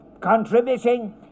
contributing